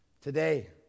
Today